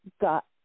got